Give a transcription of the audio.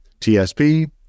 TSP